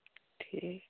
ٹھیٖک